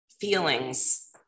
feelings